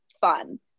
fun